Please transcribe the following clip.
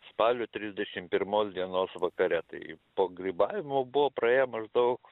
spalio trisdešim pirmos dienos vakare tai po grybavimo buvo praėję maždaug